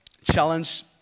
challenge